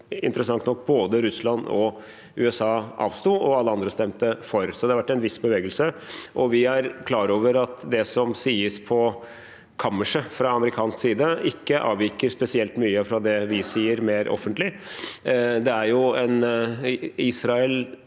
både Russland og USA avsto, og alle andre stemte for. Det har vært en viss bevegelse, og vi er klar over at det som sies på kammerset fra amerikansk side, ikke avviker spesielt mye fra det vi sier mer offentlig.